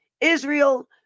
Israel